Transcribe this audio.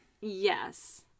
Yes